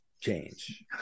change